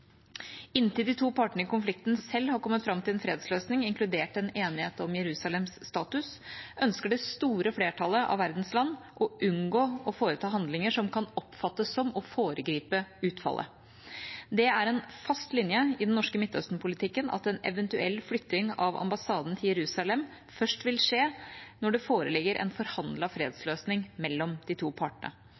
Inntil de to partene i konflikten selv har kommet fram til en fredsløsning, inkludert en enighet om Jerusalems status, ønsker det store flertallet av verdens land å unngå å foreta handlinger som kan oppfattes som å foregripe utfallet. Det er en fast linje i den norske Midtøsten-politikken at en eventuell flytting av ambassaden til Jerusalem først vil skje når det foreligger en forhandlet fredsløsning mellom de to partene.